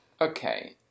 Okay